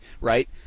right